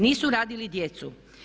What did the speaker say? Nisu radili djecu.